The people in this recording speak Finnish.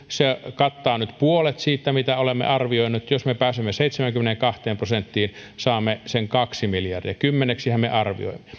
kattaa nyt puolet siitä mitä olemme arvioineet jos me pääsemme seitsemäänkymmeneenkahteen prosenttiin saamme sen kaksi miljardia kymmeneksihän me arvioimme